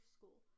School